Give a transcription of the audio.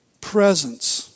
presence